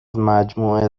مجموعه